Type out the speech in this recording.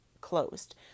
closed